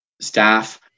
staff